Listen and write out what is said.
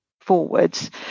forwards